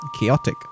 chaotic